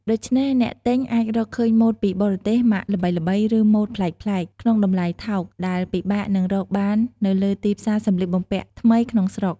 ដូច្នេះអ្នកទិញអាចរកឃើញម៉ូដពីបរទេស ម៉ាកល្បីៗ ឬម៉ូដប្លែកៗក្នុងតម្លៃថោក ដែលពិបាកនឹងរកបាននៅលើទីផ្សារសម្លៀកបំពាក់ថ្មីក្នុងស្រុក។